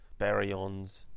baryons